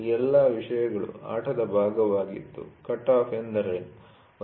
ಈ ಎಲ್ಲ ವಿಷಯಗಳು ಆಟದ ಭಾಗವಾಗಿದ್ದು ಕಟ್ಆಫ್ ಎಂದರೇನು